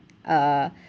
uh